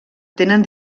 tenen